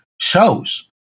shows